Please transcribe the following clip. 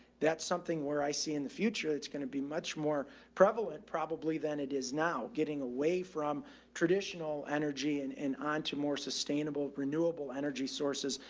that's something where i see in the future that's going to be much more prevalent probably then it is now getting away from traditional and, and onto more sustainable renewable energy sources.